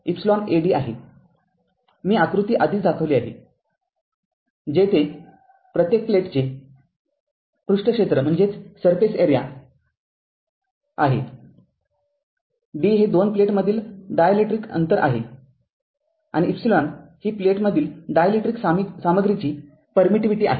मी आकृती आधीच दाखविली आहे जेथे A प्रत्येक प्लेटचे पृष्ठ क्षेत्र आहे d हे दोन प्लेटमधील डायलेक्ट्रिक अंतर आहे आणि एप्सिलॉन ही प्लेटमधील डायलेक्ट्रिक सामग्रीची परमिटिव्हिटी आहे